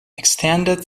extended